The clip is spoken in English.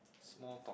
small talk